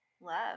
love